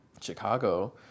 Chicago